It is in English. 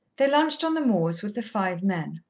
they lunched on the moors with the five men,